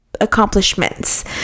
accomplishments